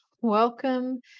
welcome